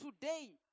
Today